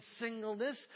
singleness